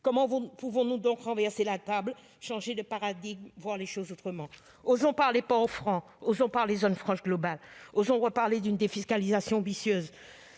Comment pouvons-nous renverser la table, changer de paradigme, voir les choses autrement ? Osons parler port franc, osons parler zone franche globale, osons reparler d'une défiscalisation ambitieuse.